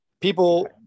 People